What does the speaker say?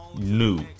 new